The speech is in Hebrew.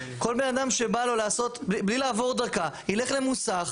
כל בן אדם בלי לעבור דרכה ילך למוסך,